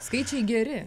skaičiai geri